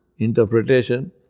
interpretation